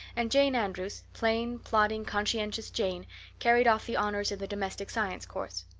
and jane andrews plain, plodding, conscientious jane carried off the honors in the domestic science course.